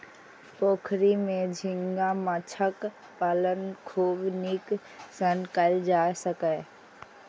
पोखरि मे झींगा माछक पालन खूब नीक सं कैल जा सकैए